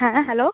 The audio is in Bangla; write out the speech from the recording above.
হ্যাঁ হ্যালো